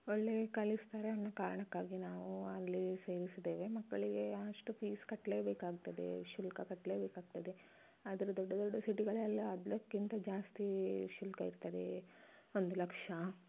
ಒಳ್ಳೆ ಕಲಿಸ್ತಾರೆ ಅನ್ನೊ ಕಾರಣಕ್ಕಾಗಿ ನಾವು ಅಲ್ಲಿ ಸೇರಿಸಿದ್ದೇವೆ ಮಕ್ಕಳಿಗೆ ಅಷ್ಟು ಫೀಸ್ ಕಟ್ಟಲೇಬೇಕಾಗ್ತದೆ ಶುಲ್ಕ ಕಟ್ಟಲೇಬೇಕಾಗ್ತದೆ ಆದರೆ ದೊಡ್ಡ ದೊಡ್ಡ ಸಿಟಿಗಳಲ್ಲಿ ಅದಕ್ಕಿಂತ ಜಾಸ್ತಿ ಶುಲ್ಕ ಇರ್ತದೆ ಒಂದು ಲಕ್ಷ